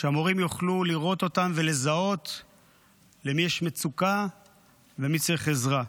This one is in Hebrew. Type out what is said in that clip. שהמורים יוכלו לראות אותם ולזהות למי יש מצוקה ומי צריך עזרה.